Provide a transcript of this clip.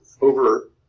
over